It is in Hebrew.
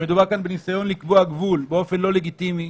שמדובר כאן בניסיון לקבוע גבול באופן לא לגיטימי,